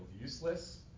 useless